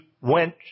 went